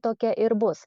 tokia ir bus